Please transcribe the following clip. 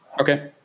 Okay